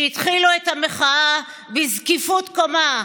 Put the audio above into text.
שהתחילו את המחאה בזקיפות קומה.